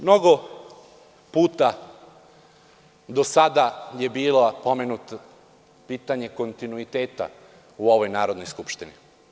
Mnogo puta do sada je bilo pomenuto i pitanje kontinuiteta u ovoj Narodnoj skupštini.